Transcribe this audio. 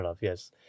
Yes